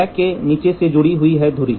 rack के नीचे से जुड़ी हुई धुरी